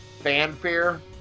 fanfare